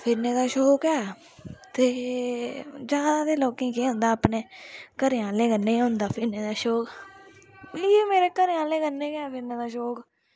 फिरने दा शौक ऐ ते जां ते लोकें केह् होंदा अपने घरे आह्ले कन्नै होंदा फिरने दा शौक मिगी बी मेरे घरे आह्लें कन्नै गै फिरने दा शौक